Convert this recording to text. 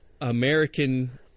American